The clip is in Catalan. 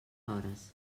hores